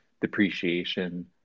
depreciation